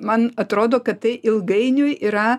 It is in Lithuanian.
man atrodo kad tai ilgainiui yra